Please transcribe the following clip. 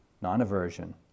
non-aversion